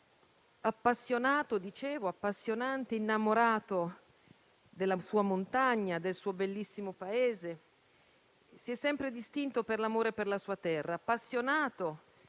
appassionato ed appassionante, innamorato della sua montagna, del suo bellissimo paese, si è sempre distinto per l'amore per la sua terra. Appassionato